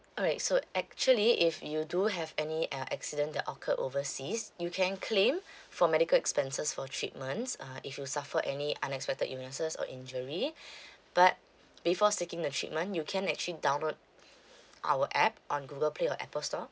alright so actually if you do have any uh accident that occurred overseas you can claim for medical expenses for treatments uh if you suffer any unexpected or injury but before seeking the treatment you can actually download our app on google play or apple store